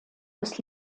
des